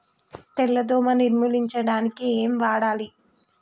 తెల్ల దోమ నిర్ములించడానికి ఏం వాడాలి?